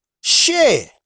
share